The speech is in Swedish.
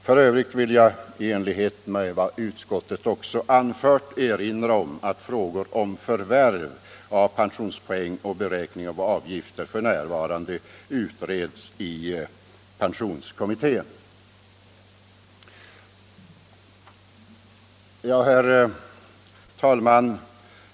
F. ö. vill jag i enlighet med vad utskottet anfört erinra om att frågor om förvärv av pensionspoäng och beräkning av avgifter f.n. utreds i pensionskommittén. Herr talman!